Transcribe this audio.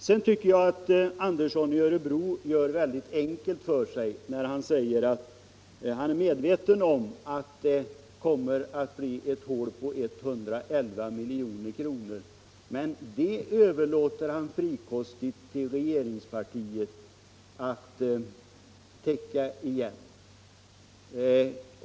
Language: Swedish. Jag tycker herr Andersson i Örebro gör det lätt för sig när han säger, att han visserligen är medveten om att det blir ett hål på 111 milj.kr., men det överlåter han frikostigt åt regeringspartiet att fylla ut.